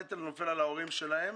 הנטל נופל על ההורים שלהם.